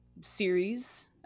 series